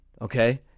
Okay